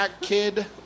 Kid